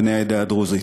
בני העדה הדרוזית,